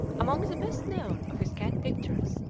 among the best known of his cat pictures,